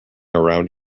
around